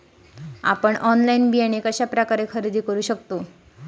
आपन ऑनलाइन बियाणे कश्या प्रकारे खरेदी करू शकतय?